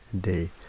day